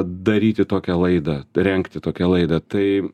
daryti tokią laidą rengti tokią laidą tai